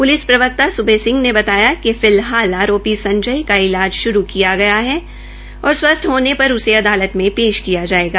police विभाग सुबे सिंह ने बताया कि फिलहाल आरोपी का इलाज शुरू किया गया है और स्वस्थ होने पर उसे अदालत में पेश किया जायेगा